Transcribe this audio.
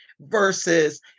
versus